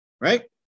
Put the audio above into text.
right